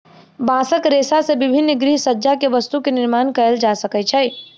बांसक रेशा से विभिन्न गृहसज्जा के वस्तु के निर्माण कएल जा सकै छै